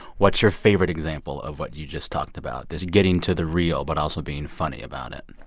what's your favorite example of what you just talked about, this getting to the real but also being funny about it?